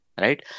Right